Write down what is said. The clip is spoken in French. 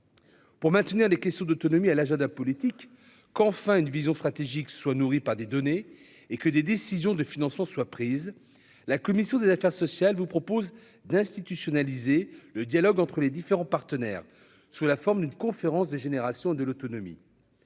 Pour maintenir les questions d'autonomie à l'agenda politique quand enfin une vision stratégique soit nourri par des données et que des décisions de financement soient prises, la commission des affaires sociales vous propose d'institutionnaliser le dialogue entre les différents partenaires sous la forme d'une conférence de génération de l'autonomie